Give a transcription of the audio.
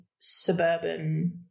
suburban